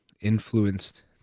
influenced